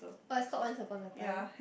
oh it's called Once-Upon-a-Time